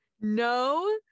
No